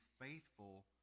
faithful